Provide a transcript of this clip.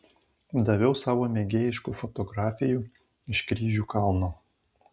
daviau savo mėgėjiškų fotografijų iš kryžių kalno